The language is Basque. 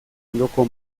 ondoko